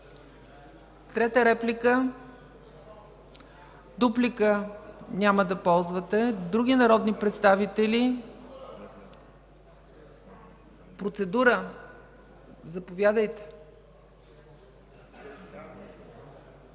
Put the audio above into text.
Трета реплика? Няма. Дуплика? Няма да ползвате. Други народни представители? Процедура – заповядайте,